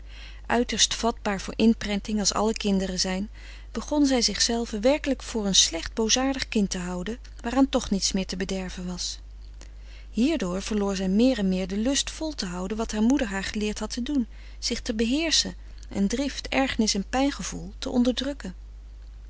uiterst vatbaar voor inprenting als alle kinderen zijn begon zij zichzelve werkelijk voor een slecht boosaardig kind te houden waaraan toch niet meer te bederven was hierdoor verloor zij meer en meer den lust vol te houden wat haar moeder haar geleerd had te doen zich te beheerschen en drift ergernis en pijngevoel te onderdrukken